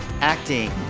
acting